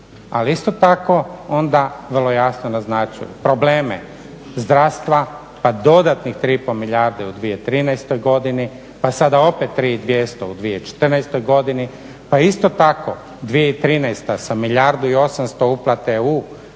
Ali isto tako onda vrlo jasno naznačuju probleme zdravstva pa dodatnih 3,5 milijarde u 2013.godini pa sada opet 3200 u 2014.godini, pa isto tako 2013.sa milijardu 800 uplate u